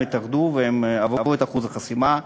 הם התאחדו והם עברו את אחוז החסימה,